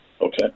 Okay